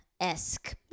esque